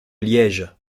liège